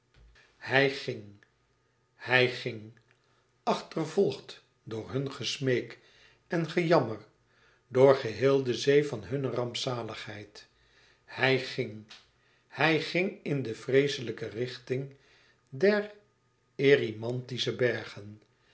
hij ging hij ging achtervolgd door hun gesmeek en gejammer door geheel de zee van hunne rampzaligheid hij ging hij ging in de vreeslijke richting der erymantische bergen